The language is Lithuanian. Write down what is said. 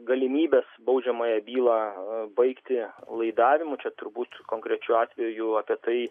galimybes baudžiamąją bylą baigti laidavimu čia turbūt konkrečiu atveju apie tai